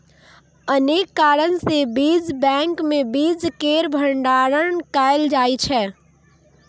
अनेक कारण सं बीज बैंक मे बीज केर भंडारण कैल जाइ छै